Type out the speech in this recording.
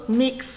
mix